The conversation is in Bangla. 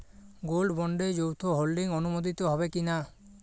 গোল্ড বন্ডে যৌথ হোল্ডিং অনুমোদিত হবে কিনা?